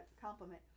compliment